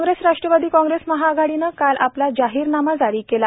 काँग्रेस राष्ट्रवादी काँग्रेस महाआघाडीनं काल आपला जाहीरनामा जारी केला